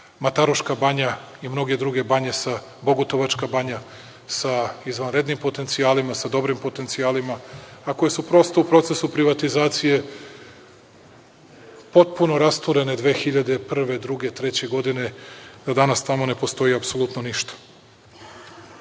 Mataruška banja i mnoge druge banje, Bogutovačka banja, sa izvanrednim potencijalima, sa dobrim potencijalima, a koje su prosto u procesu privatizacije potpuno rasturene 2001, 2002. i 2003. godine, da danas tamo ne postoji apsolutno